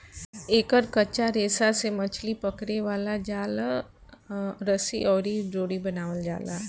एकर कच्चा रेशा से मछली पकड़े वाला जाल, रस्सी अउरी डोरी बनावल जाला